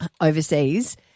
overseas